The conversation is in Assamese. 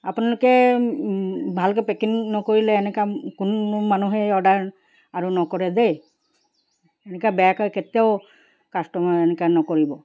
আপোনালোকে ভালকে পেকিং নকৰিলে এনেকা কোন মানুহে অৰ্ডাৰ আৰু নকৰে দেই এনেকে বেয়াকে কেতিয়াও কাষ্টমাৰ এনেকে নকৰিব